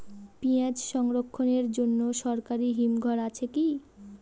পিয়াজ সংরক্ষণের জন্য সরকারি হিমঘর আছে কি?